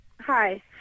Hi